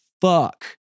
fuck